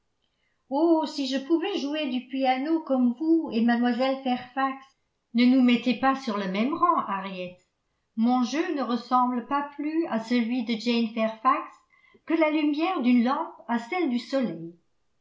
oh si je pouvais jouer du piano comme vous et mlle fairfax ne nous mettez pas sur le même rang henriette mon jeu ne ressemble pas plus à celui de jane fairfax que la lumière d'une lampe à celle du soleil